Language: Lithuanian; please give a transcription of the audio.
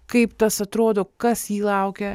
kaip tas atrodo kas jį laukia